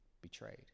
Betrayed